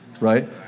Right